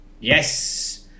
Yes